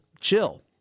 chill